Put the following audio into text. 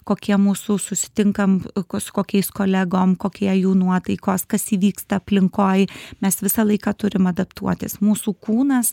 kokie mūsų susitinkam kas su kokiais kolegom kokie jų nuotaikos kas įvyksta aplinkoj mes visą laiką turim adaptuotis mūsų kūnas